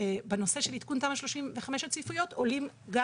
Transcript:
בנושא של עדכון תמ"א 35 עולים גם